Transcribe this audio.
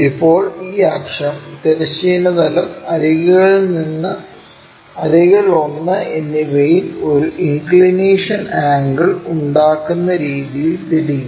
ഇപ്പോൾ ഈ അക്ഷം തിരശ്ചീന തലം അരികുകളിൽ ഒന്ന് എന്നിവയിൽ ഒരു ഇൻക്ക്ളിനേഷൻ ആംഗിൾ ഉണ്ടാക്കുന്ന രീതിയിൽ തിരിക്കുക